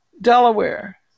Delaware